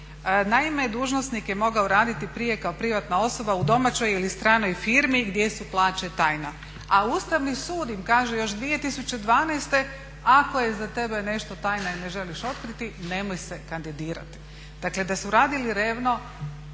naime dužnosnik je mogao raditi prije kao privatna osoba u domaćoj ili stranoj firmi gdje su plaće tajna. A Ustavni sud im kaže još 2012.ako je za tebe nešto tajna i ne želiš otkriti nemoj se kandidirati. Dakle da su radili revno